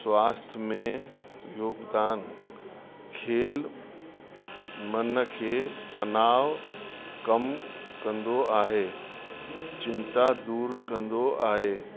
स्वास्थ्यु में योगदानु खेल मन खे तनाव कम कंदो आहे चिंता दूर कंदो आहे